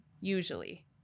usually